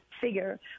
figure